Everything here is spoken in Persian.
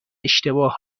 اشتباه